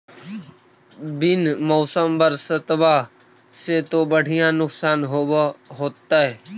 बिन मौसम बरसतबा से तो बढ़िया नुक्सान होब होतै?